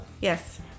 yes